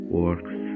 works